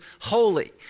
holy